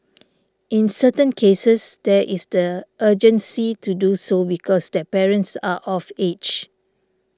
in certain cases there is the urgency to do so because their parents are of age